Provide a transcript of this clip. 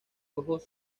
ojos